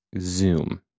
zoom